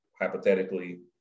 hypothetically